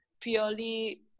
purely